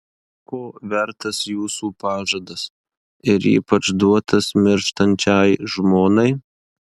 ko vertas jūsų pažadas ir ypač duotas mirštančiai žmonai